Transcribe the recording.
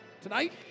Tonight